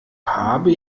habe